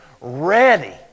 ready